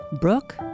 Brooke